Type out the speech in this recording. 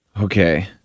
Okay